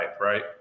right